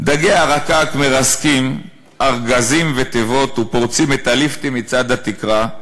// דגי הרקק מרסקים ארגזים ותיבות / ופורצים את הליפטים מצד התקרה.